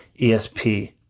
ESP